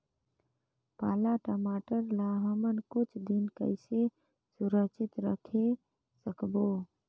पाला टमाटर ला हमन कुछ दिन कइसे सुरक्षित रखे सकबो?